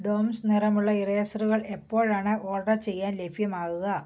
ഡോംസ് നിറമുള്ള ഇറേസറുകൾ എപ്പോഴാണ് ഓർഡർ ചെയ്യാൻ ലഭ്യമാകുക